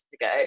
ago